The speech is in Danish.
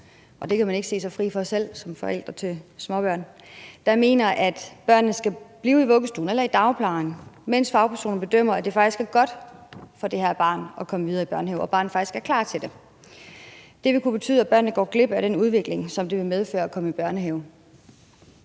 og det kan man ikke selv se sig fri for at tænke som forælder til småbørn – at deres barn skal blive i vuggestuen eller i dagplejen, mens fagpersoner bedømmer, at det faktisk er godt for det her barn at komme videre i børnehave, og at barnet faktisk er klar til det. Det vil kunne betyde, at barnet går glip af den udvikling, som det vil medføre at komme i børnehave.